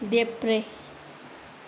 देब्रे